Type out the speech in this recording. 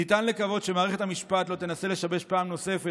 "ניתן לקוות שמערכת המשפט לא תנסה לשבש פעם נוספת